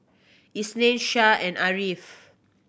Isnin Shah and Ariff